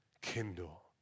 Kindle